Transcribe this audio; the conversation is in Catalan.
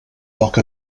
poc